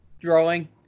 drawing